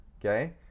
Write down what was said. Okay